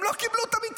הם לא קיבלו את המתווה.